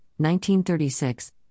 1936